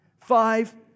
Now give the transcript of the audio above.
Five